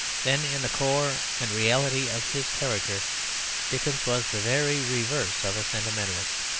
then in the core and reality of his character dickens was the very reverse of a sentimentalist.